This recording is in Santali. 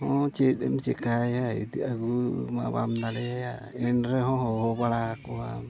ᱦᱚᱸ ᱪᱮᱫ ᱮᱢ ᱪᱮᱠᱟᱭᱟ ᱟᱹᱜᱩ ᱢᱟ ᱵᱟᱢ ᱫᱟᱲᱮᱭᱟᱭᱟ ᱮᱱ ᱨᱮᱦᱚᱸ ᱦᱚᱦᱚ ᱵᱟᱲᱟ ᱟᱠᱚᱣᱟ